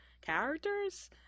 characters